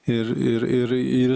ir ir ir ir